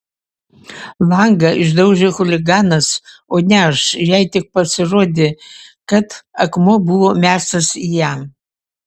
langą išdaužė chuliganas o ne aš jai tik pasirodė kad akmuo buvo mestas į ją